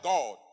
God